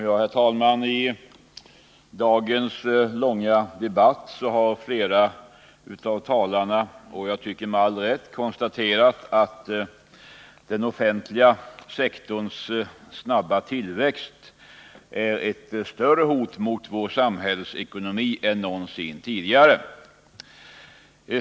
Herr talman! I dagens långa debatt har flera av talarna, enligt min mening med all rätt, konstaterat att den offentliga sektorns snabba tillväxt är ett större hot mot vår samhällsekonomi än någonsin tidigare.